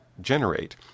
generate